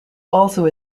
also